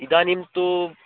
इदानीं तु